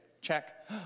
check